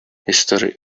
history